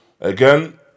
again